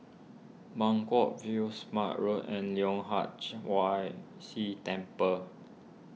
Buangkok View Smart Road and Leong Hwa why Si Temple